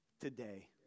today